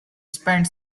spent